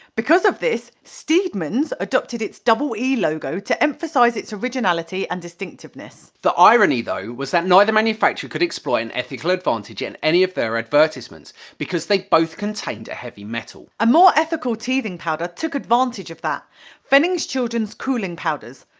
because of this, steedman's adopted its double e logo to emphasise its originality and distinctiveness. the irony though, was that neither manufacturer could exploit an ethical advantage and in their advertisements because they both contained a heavy metal. a more ethical teething powder took advantage of that fennings' children's cooling powders.